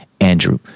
Andrew